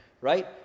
right